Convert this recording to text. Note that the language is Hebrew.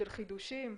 של חידושים,